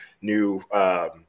new –